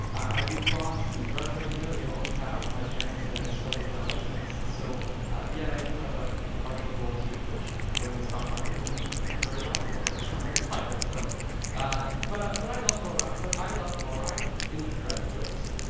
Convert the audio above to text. i do floss and brush regularly, always have. my parents ah instilled those values in us. and so yet i do have a partial gold tooth which according to the stock market will be very valuable by the time i retire. so but i but i love fluoride. but i love fluoride in the correct dose.